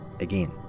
Again